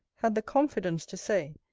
had the confidence to say,